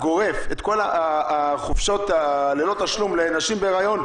באופן גורף את כל החופשות ללא תשלום לנשים בהיריון,